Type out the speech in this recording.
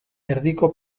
erdiko